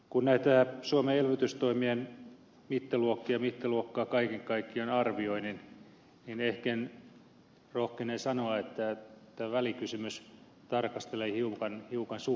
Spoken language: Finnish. kun näitä suomen elvytystoimien mittaluokkia ja mittaluokkaa kaiken kaikkiaan arvioi niin rohkenen sanoa että tämä välikysymys tarkastelee hiukan suppeasti tätä kokonaiskuviota